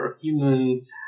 humans